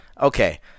okay